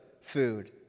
food